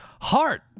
heart